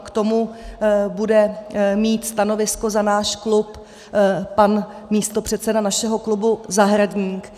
K tomu bude mít stanovisko za náš klub pan místopředseda našeho klubu Zahradník.